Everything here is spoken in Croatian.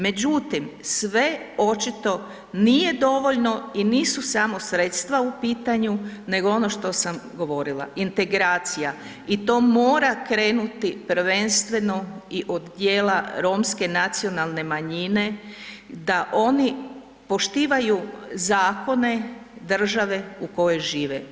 Međutim, sve očito nije dovoljno i nisu samo sredstva u pitanju, nego ono što sam govorila, integracija i to mora krenuti prvenstveno i od dijela romske nacionalne manjine da oni poštivaju zakone države u kojoj žive.